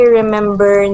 remember